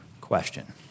Question